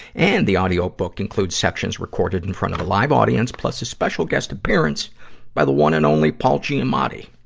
and, the audiobook includes section recorded in front of a live audience, plus a special guest appearance by the one and only paul giamatti.